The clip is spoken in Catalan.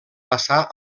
passà